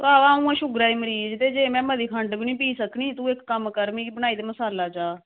भावा अंऊ आं शूगर दी मरीज ते में मती खंड बी निं पी सकदी आं ते तू इक्क कम्म कर बना मसाला चाह्